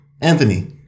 Anthony